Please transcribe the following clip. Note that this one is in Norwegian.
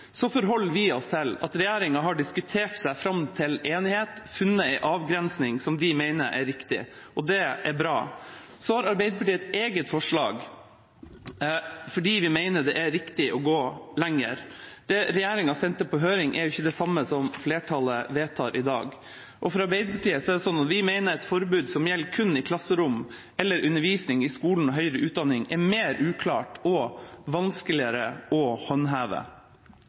forholder vi oss til at regjeringa har diskutert seg fram til enighet og funnet en avgrensning som de mener er riktig, og det er bra. Arbeiderpartiet har et eget forslag fordi vi mener det er riktig å gå lenger. Det regjeringa sendte på høring, er jo ikke det samme som flertallet vedtar i dag. Arbeiderpartiet mener at et forbud som gjelder kun i klasserom eller i undervisning i skolen og høyere utdanning, er mer uklart og vanskeligere å håndheve.